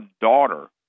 daughter